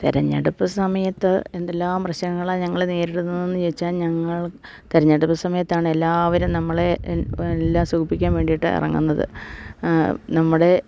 തെരഞ്ഞെടുപ്പ് സമയത്ത് എന്തെല്ലാം പ്രശ്നങ്ങളാണ് ഞങ്ങള് നേരിടുന്നതെന്ന് ചോദിച്ചാൽ ഞങ്ങൾ തെരഞ്ഞെടുപ്പ് സമയത്താണ് എല്ലാവരും നമ്മളെ എല്ലാം സുഖിപ്പിക്കാൻ വേണ്ടിയിട്ട് ഇറങ്ങുന്നത് നമ്മുടെ